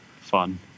fun